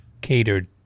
catered